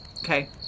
Okay